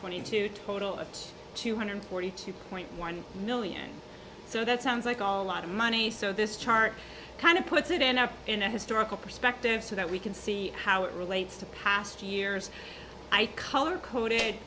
twenty two total of two hundred forty two point one million so that sounds like all a lot of money so this chart kind of puts it in a in a historical perspective so that we can see how it relates to past years i color coded